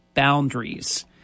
boundaries